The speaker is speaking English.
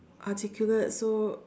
articulate so